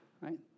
right